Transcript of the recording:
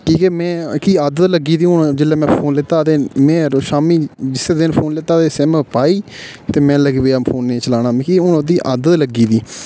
की जे में आद्त लग्गी गेदी हून जेल्लै में फ़ोन लैता ते में शामीं जिसै दिन फ़ोन लैता ते सिम पाई ते में लग्गी गेआ फोनै ई चलाना मिगी हून ओह्दी आदत लग्गी दी